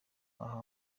aha